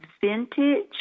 vintage